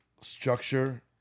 Structure